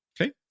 Okay